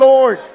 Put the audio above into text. Lord